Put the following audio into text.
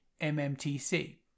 MMTC